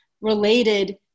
related